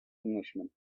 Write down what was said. englishman